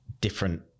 different